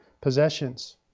possessions